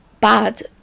bad